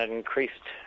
increased